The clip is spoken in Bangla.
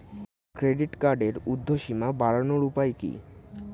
ক্রেডিট কার্ডের উর্ধ্বসীমা বাড়ানোর উপায় কি?